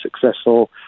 successful